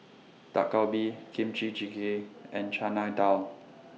Dak Galbi Kimchi Jjigae and Chana Dal